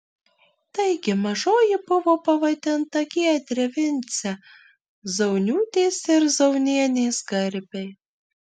taigi mažoji buvo pavadinta giedre vince zauniūtės ir zaunienės garbei